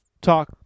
talk